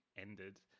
ended